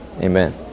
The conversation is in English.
Amen